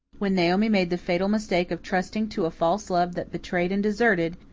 when naomi made the fatal mistake of trusting to a false love that betrayed and deserted,